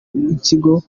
w’ikigo